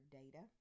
data